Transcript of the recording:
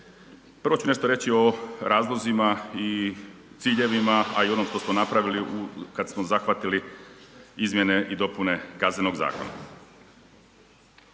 Prvo ću nešto reći o razlozima i ciljevima, a i onome što smo napravili kada smo zahvatili izmjene i dopune Kaznenog zakona.